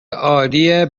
عالی